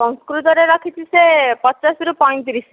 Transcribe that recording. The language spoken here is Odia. ସଂସ୍କୃତରେ ରଖିଛି ସେ ପଚାଶରୁ ପଇଁତିରିଶି